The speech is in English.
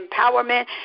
empowerment